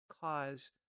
Cause